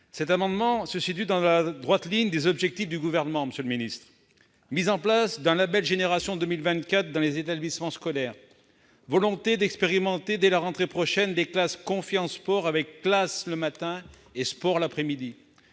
Cet amendement se situe dans la droite ligne des objectifs du Gouvernement, monsieur le ministre : mise en place d'un label « Génération 2024 » dans les établissements scolaires ; volonté d'expérimenter dès la rentrée prochaine le projet « confiance et sport », avec classe le matin et sport l'après-midi.